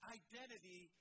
identity